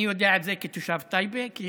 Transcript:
אני יודע את זה כתושב טייבה, כי